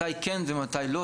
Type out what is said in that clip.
מתי כן ומתי לא.